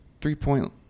three-point